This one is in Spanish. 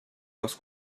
los